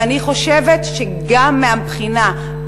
ואני חושבת שגם מהבחינה הזאת,